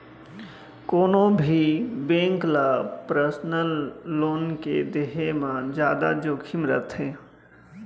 कोनो भी बेंक ल पर्सनल लोन के देहे म जादा जोखिम रथे